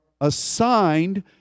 assigned